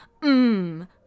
Mmm